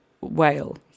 whale